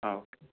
ആ ഓക്കെ